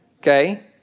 Okay